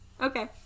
Okay